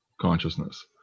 consciousness